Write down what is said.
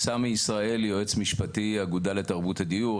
סמי ישראל, יועץ משפטי, האגודה לתרבות הדיור.